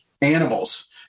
animals